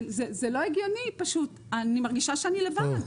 זה לא הגיוני פשוט, אני מרגישה שאני לבד.